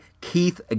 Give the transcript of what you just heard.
Keith